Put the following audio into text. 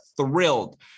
thrilled